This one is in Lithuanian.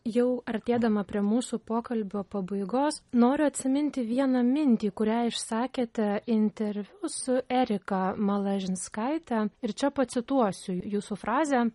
jau artėdama prie mūsų pokalbio pabaigos noriu atsiminti vieną mintį kurią išsakėte interviu su erika malažinskaite ir čia pacituosiu jūsų frazę